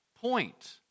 point